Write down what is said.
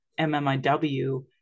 MMIW